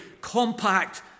compact